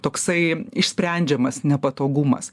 toksai išsprendžiamas nepatogumas